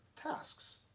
tasks